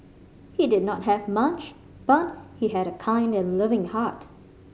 he did not have much but he had a kind and loving heart